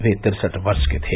वे तिरसठ वर्ष के थे